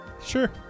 Sure